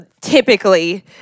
typically